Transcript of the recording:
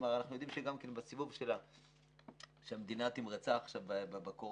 אנחנו יודעים גם כן בסיבוב שהמדינה תמרצה עכשיו בקורונה,